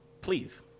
please